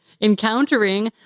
encountering